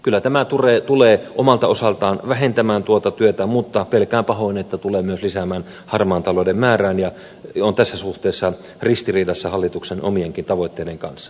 kyllä tämä tulee omalta osaltaan vähentämään tuota työtä mutta pelkään pahoin että tulee myös lisäämään harmaan talouden määrää ja on tässä suhteessa ristiriidassa hallituksen omienkin tavoitteiden kanssa